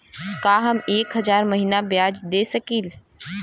का हम एक हज़ार महीना ब्याज दे सकील?